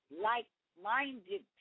like-minded